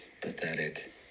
Pathetic